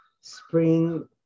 spring